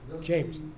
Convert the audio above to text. James